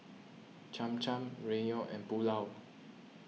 Cham Cham Ramyeon and Pulao